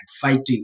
fighting